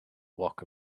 walk